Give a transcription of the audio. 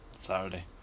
Saturday